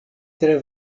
tre